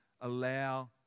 allow